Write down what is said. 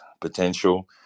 potential